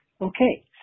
Okay